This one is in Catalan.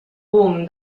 boom